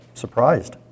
Surprised